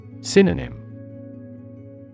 Synonym